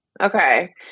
Okay